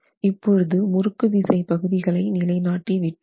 இப்பொழுது முறுக்கு விசை பகுதிகளை நிலைநாட்டி விட்டோம்